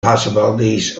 possibilities